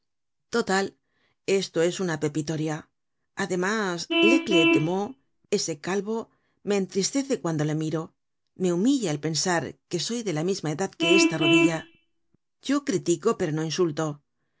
total esto es una pepitoria además laigle demeaux ese calvo me entristece cuando le miro me humilla el pensar que soy de la misma edad que esta rodilla yo critico pero no insulto el